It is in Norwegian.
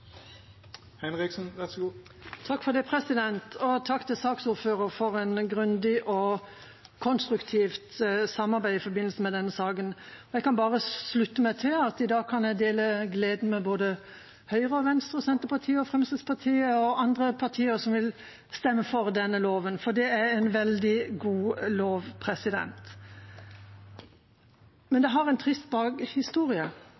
Takk til saksordføreren for et grundig og konstruktivt samarbeid i forbindelse med denne saken. Jeg kan bare slutte meg til at i dag kan jeg dele gleden med både Høyre, Venstre, Senterpartiet, Fremskrittspartiet og andre partier som vil stemme for denne loven, for det er en veldig god lov. Men det er en trist historie